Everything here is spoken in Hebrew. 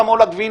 כמה עולה גבינה,